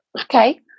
Okay